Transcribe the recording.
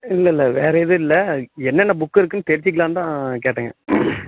இல்லை இல்லை வேறு எதுவும் இல்லை என்னென்ன புக்கு இருக்குதுனு தெரிஞ்சுக்கிலாந்தான் கேட்டேங்க